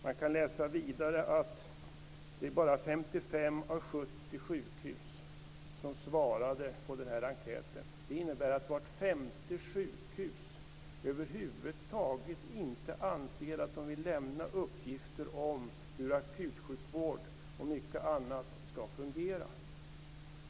Man kan läsa vidare att det bara är 55 av 70 sjukhus som har svarat på enkäten. Det innebär att vart femte sjukhus över huvud taget inte vill lämna uppgifter om hur akutsjukvård och mycket annat skall fungera.